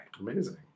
Amazing